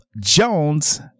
Jones